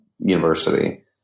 University